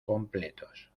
completos